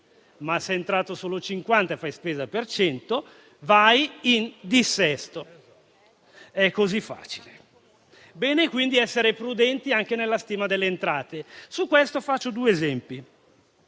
ma se è entrato solo 50 e fai spesa per 100, vai in dissesto. È così facile. Bene quindi essere prudenti anche nella stima delle entrate. Al riguardo faccio due esempi;